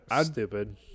stupid